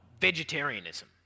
vegetarianism